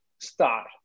start